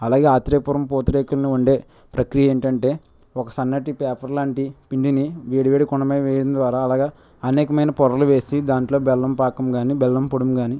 అలాగే ఆత్రేయపురం పూతరేకులను వండే ప్రక్రియ ఏంటంటే ఒక సన్నటి పేపర్ లాంటి పిండిని వేడివేడి కుండ మీద వేయడం ద్వారా అలాగే అనేకమైన పొరలు వేసి దానిలో బెల్లం పాకం కాని బెల్లం పొడిని కాని